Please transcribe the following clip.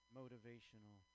motivational